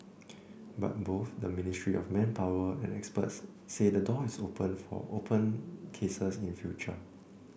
but both the Ministry of Manpower and experts say the door is open for open cases in future